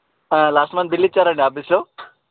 last month bill ఇచ్చారా అండి ఆఫీస్లో